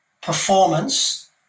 performance